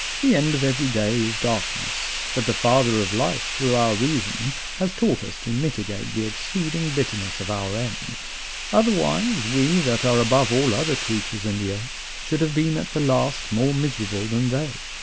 the end of every day is darkness, but the father of life through our reason has taught us to mitigate the exceeding bitterness of our end otherwise, we that are above all other creatures in the earth should have been at the last more miserable than they.